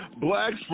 blacks